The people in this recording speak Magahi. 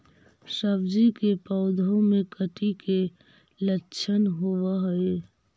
सब्जी के पौधो मे कीट के लच्छन होबहय?